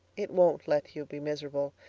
it won't let you be miserable.